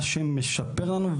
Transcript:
מה שמשפר לנו,